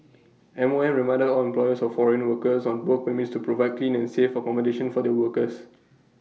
M O M reminded on employers of foreign workers on work permits to provide clean and safe accommodation for their workers